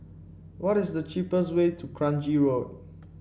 what is the cheapest way to Kranji Road